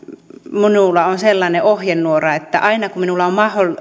minulla on sellainen ohjenuora että aina kun minulla on